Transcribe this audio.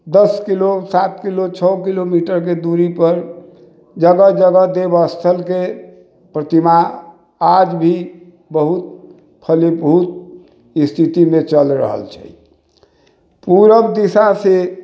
दस किलो सात किलो छओ किलोमीटरके दूरी पर जगह जगह देव स्थलके प्रतिमा आज भी बहुत फलीभूत स्थितिमे चलि रहल छै पूरब दिशासँ